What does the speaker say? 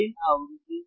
gain आवृत्ति